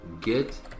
Get